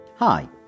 Hi